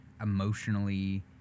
emotionally